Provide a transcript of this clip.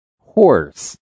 Horse